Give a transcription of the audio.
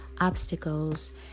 obstacles